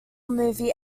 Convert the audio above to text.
movie